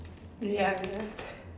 liar